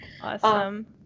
Awesome